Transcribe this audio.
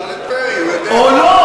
שאל את פרי, הוא יודע.